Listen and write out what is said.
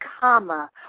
comma